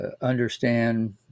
understand